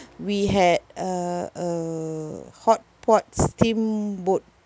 we had uh a hotpot steamboat